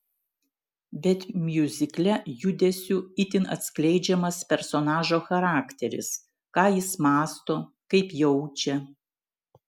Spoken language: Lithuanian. bet miuzikle judesiu itin atskleidžiamas personažo charakteris ką jis mąsto kaip jaučia